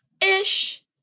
ish